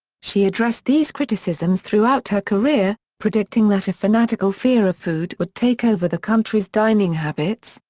she addressed these criticisms throughout her career, predicting that a fanatical fear of food would take over the country's dining habits,